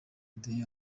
dieu